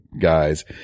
guys